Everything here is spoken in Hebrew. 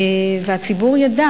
והציבור ידע